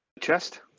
chest